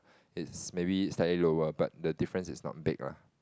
it's maybe slightly lower but the difference is not big lah